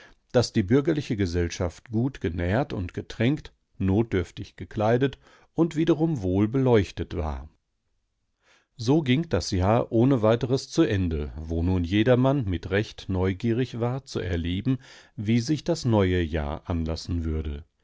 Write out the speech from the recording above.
daß die bürgerliche gesellschaft gut genährt und getränkt notdürftig gekleidet und wiederum wohl beleuchtet war so ging das jahr ohne weiteres zu ende wo nun jedermann mit recht neugierig war zu erleben wie sich das neue jahr anlassen würde